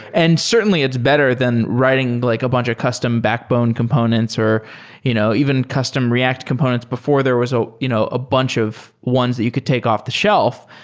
and certainly it's better than writing like a bunch of custom backbone components or you know even custom react components before there was ah you know a bunch of ones that you could take off the shelf.